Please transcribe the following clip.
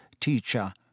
teacher